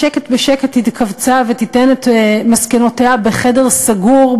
בשקט-בשקט התכווצה ותיתן את מסקנותיה בחדר סגור,